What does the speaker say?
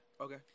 Okay